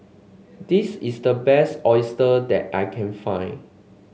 this is the best oyster that I can find